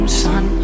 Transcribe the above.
sun